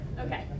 okay